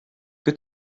que